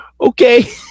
Okay